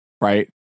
right